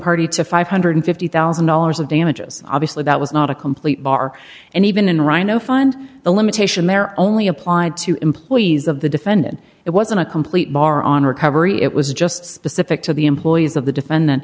party to five hundred and fifty thousand dollars of damages obviously that was not a complete bar and even in rhino fund the limitation there only applied to employees of the defendant it wasn't a complete bar on recovery it was just specific to the employees of the defendant